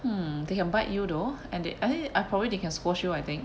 hmm they bite you though and they I I thi~ probably they can squash you I think